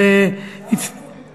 אז, שר החינוך חיתן אותי.